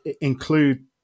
include